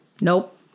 Nope